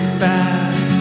fast